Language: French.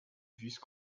vice